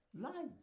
Light